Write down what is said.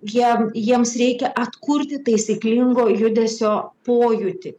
jam jiems reikia atkurti taisyklingo judesio pojūtį